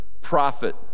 prophet